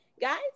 Guys